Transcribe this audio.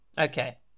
Okay